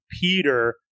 Peter